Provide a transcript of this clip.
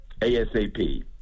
ASAP